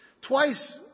Twice